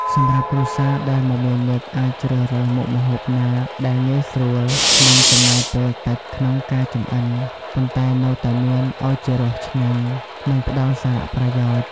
សម្រាប់គ្រួសារដែលមមាញឹក អាចជ្រើសរើសមុខម្ហូបណាដែលងាយស្រួល និងចំណាយពេលតិចក្នុងការចម្អិន ប៉ុន្តែនៅតែមានឱជារសឆ្ងាញ់ និងផ្តល់សារៈប្រយោជន៍ ។